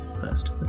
first